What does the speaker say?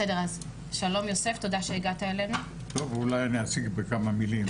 שלום, אולי אציג בכמה מילים.